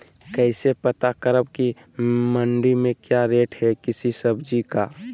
कैसे पता करब की मंडी में क्या रेट है किसी सब्जी का?